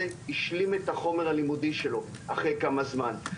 השלים את החומר הלימודי שלו אחרי כמה זמן,